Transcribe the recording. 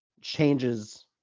changes